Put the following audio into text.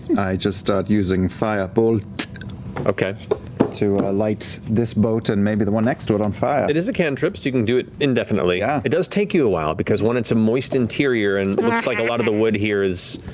i just start using fire bolt to light this boat and maybe the one next to it on fire. matt it is a cantrip, so you can do it indefinitely. yeah it does take you a while, because, one, it's a moist interior, and looks like a lot of the wood here is